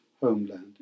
homeland